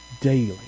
daily